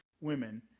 women